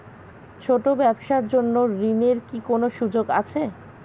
ছোট ব্যবসার জন্য ঋণ এর কি কোন সুযোগ আছে?